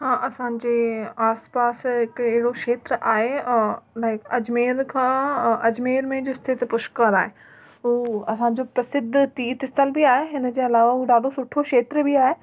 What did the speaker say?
हा असांजे आसिपासि हिकु अहिड़ो खेत्रु आहे लाइक अजमेर खां अजमेर में जो स्थित पुष्कर आहे हू असांजो प्रसिद्ध तीर्थ स्थल बि आहे हिनजे अलावा हू ॾाढो सुठो खेत्र बि आहे